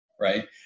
right